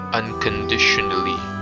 unconditionally